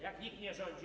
Jak nikt nie rządzi.